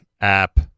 app